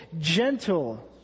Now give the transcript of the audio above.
gentle